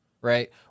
right